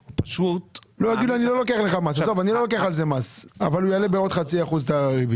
הוא יגיד הוא לא לוקח על זה מס אבל הוא יעלה בעוד חצי אחוז את הריבית.